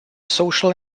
social